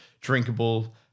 drinkable